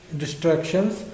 distractions